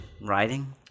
writing